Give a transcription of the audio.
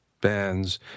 bands